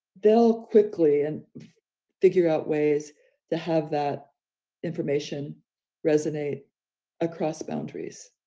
they'll quickly and figure out ways to have that information resonate across boundaries,